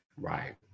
Right